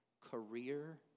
career